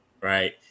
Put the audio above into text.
right